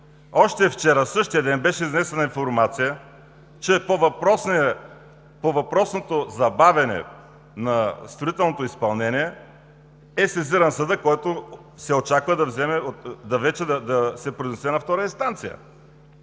Още вчера, в същия ден, беше изнесена информация, че по въпросното забавяне на строителното изпълнение е сезиран съдът, който се очаква да се произнесе на втора инстанция.